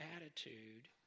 attitude